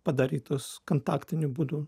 padarytos kontaktiniu būdu